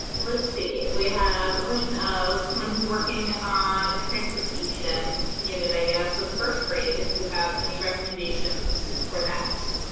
let's see, we have a question of someone who's working on a transportation unit, i guess with first grade, if you have any recommendations for that.